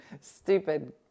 Stupid